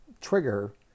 trigger